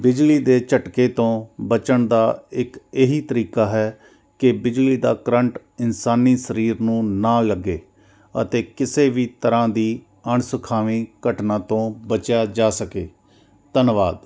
ਬਿਜਲੀ ਦੇ ਝਟਕੇ ਤੋਂ ਬਚਣ ਦਾ ਇੱਕ ਇਹੀ ਤਰੀਕਾ ਹੈ ਕਿ ਬਿਜਲੀ ਦਾ ਕਰੰਟ ਇਨਸਾਨੀ ਸਰੀਰ ਨੂੰ ਨਾ ਲੱਗੇ ਅਤੇ ਕਿਸੇ ਵੀ ਤਰ੍ਹਾਂ ਦੀ ਅਣਸੁਖਾਵੀਂ ਘਟਨਾ ਤੋਂ ਬਚਿਆ ਜਾ ਸਕੇ ਧੰਨਵਾਦ